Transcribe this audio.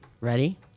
Ready